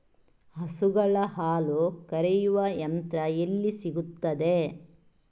ಹಸುಗಳ ಹಾಲು ಕರೆಯುವ ಯಂತ್ರ ಎಲ್ಲಿ ಸಿಗುತ್ತದೆ?